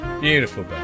Beautiful